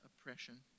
oppression